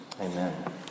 Amen